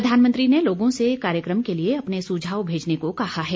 प्रधानमंत्री ने लोगों से कार्यक्रम के लिए अपने सुझाव भेजने को कहा है